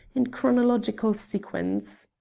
in chronological sequence.